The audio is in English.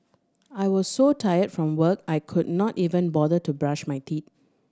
I was so tired from work I could not even bother to brush my teeth